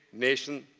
nation,